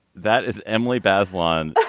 that is emily bazelon.